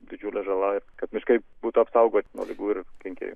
didžiulė žala kad miškai būtų apsaugoti nuo ligų ir kenkėjų